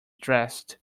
dressed